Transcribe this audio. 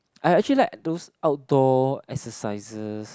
I actually like those outdoor exercises